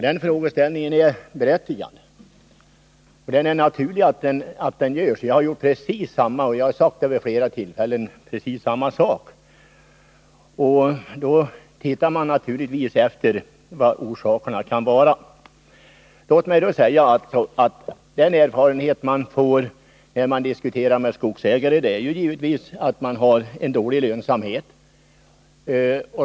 Denna frågeställning är berättigad och naturlig. Jag har själv ställt precis samma fråga vid flera tillfällen. Man söker naturligtvis då också efter orsakerna. Den erfarenhet man får när man diskuterar med skogsägare är givetvis att det är dålig lönsamhet.